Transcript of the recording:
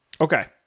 Okay